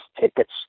tickets